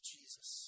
Jesus